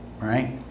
Right